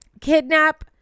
kidnap